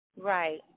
Right